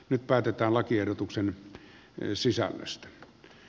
nyt päätetään lakiehdotuksen sisällöstä